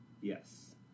Yes